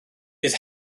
bydd